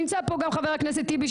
נמצא פה גם חבר הכנסת טיבי,